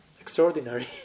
extraordinary